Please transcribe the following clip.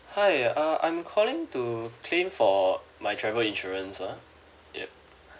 hi uh I'm calling to claim for my travel insurance ah yup